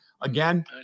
again